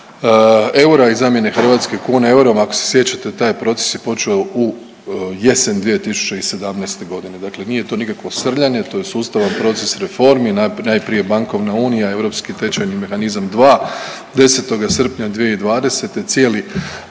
eura i zamjene hrvatske kune eurom, ako se sjećate, taj je proces počeo u jesen 2017. g., dakle nije to nikakvo srljanje, to je sustavan proces reformi, najprije bankovna unija, Europski tečajni mehanizam 2, 10. srpnja 2020. cijeli